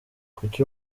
kuki